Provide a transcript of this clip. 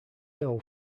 hill